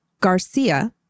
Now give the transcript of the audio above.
Garcia